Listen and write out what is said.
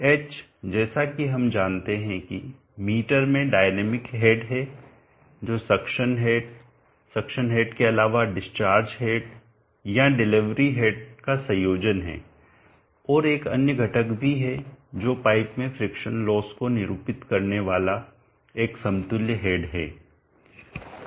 h जैसा कि हम जानते हैं कि मीटर में डायनेमिक हेड है जो सक्शन हेड सक्शन हेड के अलावा डिस्चार्ज हेड या डिलीवरी हेड का संयोजन है और एक अन्य घटक भी है जो पाइप में फ्रिक्शन लॉस को निरूपित करने वाला एक समतुल्य हेड है